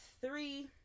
Three